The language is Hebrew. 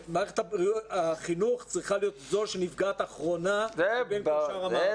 מערכת החינוך צריכה להיות זו שנפגעת אחרונה משאר המערכות.